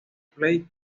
plate